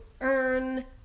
earn